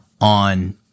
on